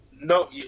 No